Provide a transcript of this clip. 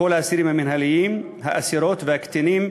כל האסירים המינהליים, האסירות והקטינים,